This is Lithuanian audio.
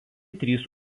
trys